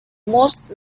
most